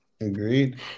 Agreed